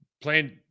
playing